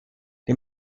die